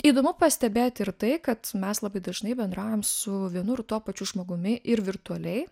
įdomu pastebėti ir tai kad mes labai dažnai bendraujam su vienu ir tuo pačiu žmogumi ir virtualiai